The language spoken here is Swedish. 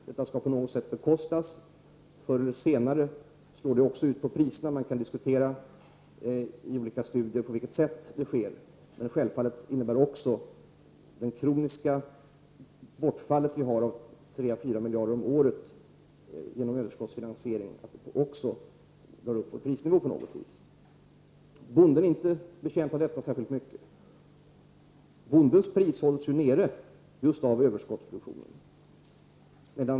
Det skall på något sätt bekostas. Förr eller senare slår det också ut på priserna. Man kan diskutera i olika studier på vilket sätt det sker. Självfallet innebär det kroniska bortfallet av 34 miljarder om året på grund av överskottsfinansieringen att prisnivån påverkas. Bonden är inte särskilt betjänt av detta. Bondens priser hålls ju nere på grund av överskottsproduktionen.